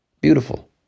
Beautiful